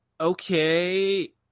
okay